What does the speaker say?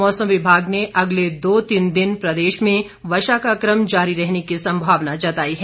मौसम विभाग ने अगले दो तीन दिन प्रदेश में वर्षा का क्रम जारी रहने की संभावना जताई है